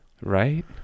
right